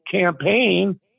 campaign